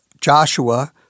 Joshua